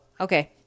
okay